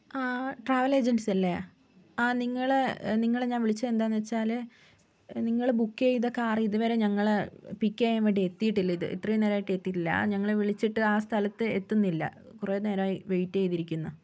ആ ട്രാവലേജൻസി അല്ലേ ആ നിങ്ങളെ നിങ്ങളെ ഞാൻ വിളിച്ചത് എന്താന്ന് വച്ചാല് നിങ്ങള് ബുക്ക് ചെയ്ത കാറിതുവരെ ഞങ്ങളെ പിക്ക് ചെയ്യാൻവേണ്ടി എത്തീട്ടില്ല ഇത്രയും നേരായിട്ടും എത്തീട്ടില്ല ഞങ്ങള് വിളിച്ചിട്ട് ആ സ്ഥലത്ത് എത്തുന്നില്ല കുറേ നേരായി വെയിറ്റ് ചെയ്തിരിക്കുന്നു